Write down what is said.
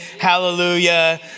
hallelujah